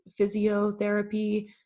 physiotherapy